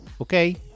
Okay